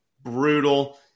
brutal